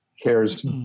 cares